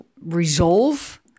resolve